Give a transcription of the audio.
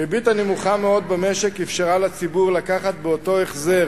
הריבית הנמוכה מאוד במשק אפשרה לציבור לקחת באותו החזר